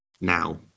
now